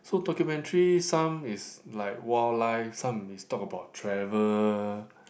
so documentary some is like wildlife some is talk about travel